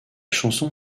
chanson